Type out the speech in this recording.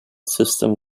system